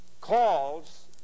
calls